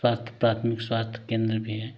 स्वास्थ्य प्राथमिक स्वास्थ्य केंद्र भी है